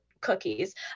cookies